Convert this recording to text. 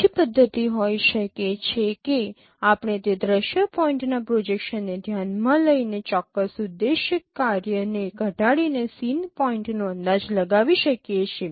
બીજી પદ્ધતિ હોઈ શકે છે કે આપણે તે દ્રશ્ય પોઇન્ટના પ્રોજેક્શન ને ધ્યાનમાં લઈને ચોક્કસ ઉદ્દેશ્ય કાર્યને ઘટાડીને સીન પોઇન્ટનો અંદાજ લગાવી શકીએ છીએ